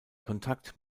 kontakt